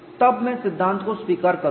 तब मैं सिद्धांत को स्वीकार करूंगा